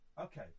Okay